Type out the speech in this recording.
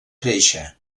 créixer